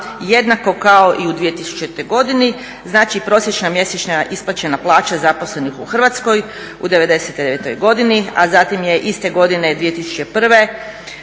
jednako kao u 2000. godini. Znači prosječna mjesečna isplaćena plaća zaposlenih u Hrvatskoj u '99. godini a zatim je iste godine 2001. ta